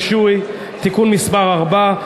ההצעה השנייה היא הצעת חוק הגז (בטיחות ורישוי) (תיקון מס' 4),